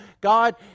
God